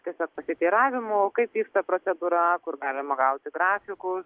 tiesiog pasiteiravimų kaip vyksta procedūra kur galima gauti grafikus